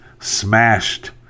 smashed